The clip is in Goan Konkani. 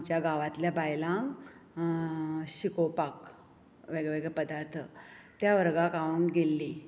आमच्या गांवांतल्या बायलांक शिकोवपाक वेग वेगळे पदार्थ त्या वर्गाक हांव गेल्लीं